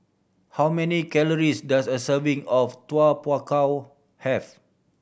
how many calories does a serving of Tau Kwa Pau have